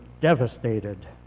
devastated